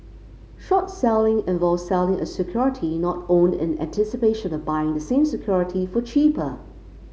short selling involves selling a security not owned in anticipation of buying the same security for cheaper